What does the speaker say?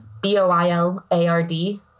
B-O-I-L-A-R-D